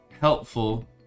helpful